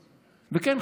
וכן,